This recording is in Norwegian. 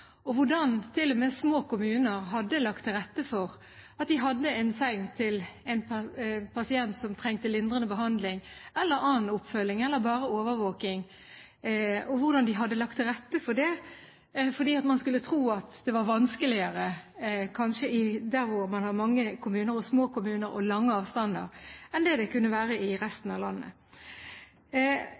og hvordan til og med små kommuner hadde lagt det slik til rette at de hadde en seng til en pasient som trengte lindrende behandling, eller annen oppfølging, eller bare overvåking, for man skulle tro at det kanskje var vanskeligere der hvor man har mange små kommuner og lange avstander enn i resten av landet. I denne sammenheng vil jeg si at min erfaring er at helsepersonell gjør sitt ytterste enten det er i store kommuner eller i